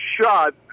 shot